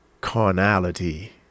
carnality